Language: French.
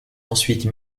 ensuite